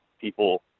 people